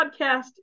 podcast